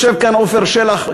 יושב כאן עפר שלח,